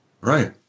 Right